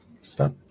stop